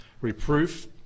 reproof